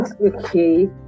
okay